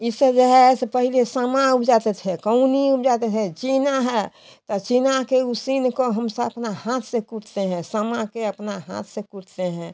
इ सब जो है पहले समा उपजाते थे कउनी उपजातेथे चीना है तो चीना के उसिन को हम स अपना हाथ से कूटते हैं समा के अपना हाथ से कूटते हैं